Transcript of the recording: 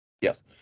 Yes